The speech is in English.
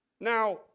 Now